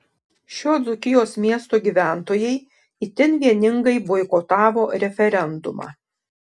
šio dzūkijos miesto gyventojai itin vieningai boikotavo referendumą